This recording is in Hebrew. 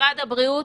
משרד הבריאות